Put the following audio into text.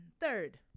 third